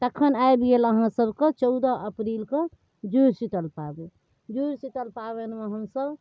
तखन आबि गेल अहाँसभके चौदह अप्रीलके जूड़शीतल पाबनि जूड़शीतल पाबनिमे हमसभ